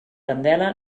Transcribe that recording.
candela